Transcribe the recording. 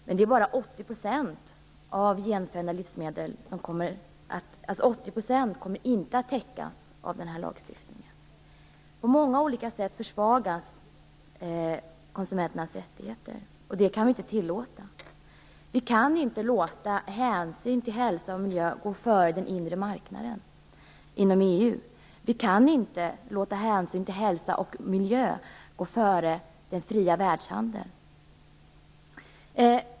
Men det är 80 % av genförändrade livsmedel som inte kommer täckas av lagstiftningen. På många olika sätt försvagas konsumenternas rättigheter. Det kan vi inte tillåta. Vi kan inte låta hänsyn till hälsa och miljö gå före den inre marknaden inom EU. Vi kan inte låta hänsyn till hälsa och miljö gå före den fria världshandeln.